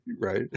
Right